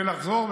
ולחזור,